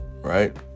right